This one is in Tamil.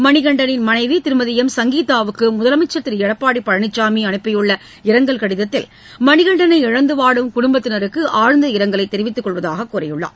மணிகண்டனின் மனைவி திருமதி எம் சங்கீதாவுக்கு முதலமைச்சர் திரு எடப்பாடி பழனிசாமி அனுப்பியுள்ள இரங்கல் கடிதத்தில் மணிகண்டனை இழந்து வாடும் குடும்பத்தினருக்கு ஆழ்ந்த இரங்கலை தெரிவித்துக் கொள்வதாக கூறியுள்ளார்